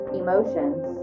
emotions